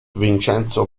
vincenzo